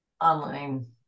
online